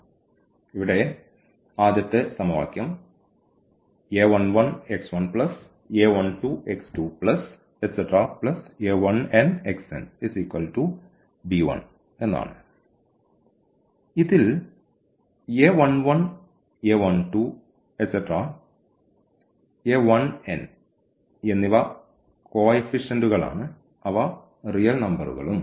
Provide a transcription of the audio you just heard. ഇവടെ ഇവിടെ ആദ്യത്തെ സമവാക്യം ആണ് ഇതിൽ എന്നിവ കോയിഫിഷ്യന്റ്കൾ ആണ് അവ റിയൽ നമ്പറുകളും